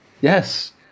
Yes